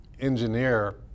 engineer